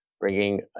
bringing